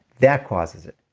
that causes it.